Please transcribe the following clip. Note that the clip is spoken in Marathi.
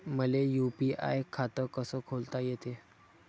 मले यू.पी.आय खातं कस खोलता येते?